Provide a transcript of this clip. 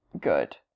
good